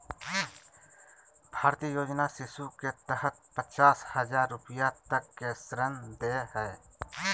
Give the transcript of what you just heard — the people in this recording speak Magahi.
भारतीय योजना शिशु के तहत पचास हजार रूपया तक के ऋण दे हइ